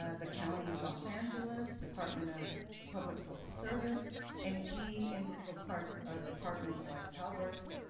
ah the county of los angeles, department of public social service and key integral parts of departments like calworks,